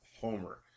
homer